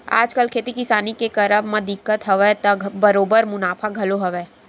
आजकल खेती किसानी के करब म दिक्कत हवय त बरोबर मुनाफा घलो हवय